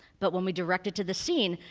but when we direct it to the scene,